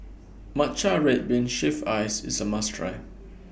Matcha Red Bean Shaved Ice IS A must Try